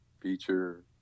feature